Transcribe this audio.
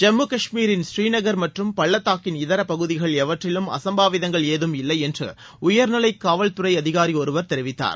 ஜம்மு காஷ்மீரின் ஸ்ரீநகர் மற்றும் பள்ளத்தாக்கின் இதரப்பகுதிகள் எவற்றிலும் அசம்பாவிதங்கள் ஏதம் இல்லை என்று உயர் நிலை காவல்துறை அதிகாரி ஒருவர் தெரிவித்தார்